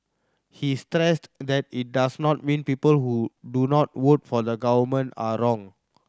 he stressed that it does not mean people who do not vote for the Government are wrong